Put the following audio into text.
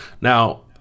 now